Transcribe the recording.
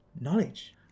knowledge